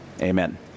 amen